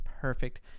perfect